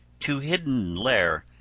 to hidden lair,